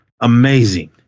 amazing